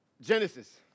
Genesis